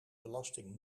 belasting